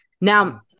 Now